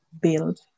build